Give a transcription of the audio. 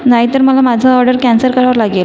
नाही तर मला माझा ऑर्डर कॅन्सल करावा लागेल